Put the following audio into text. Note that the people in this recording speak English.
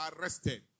arrested